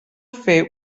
fer